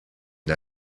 une